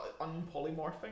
unpolymorphing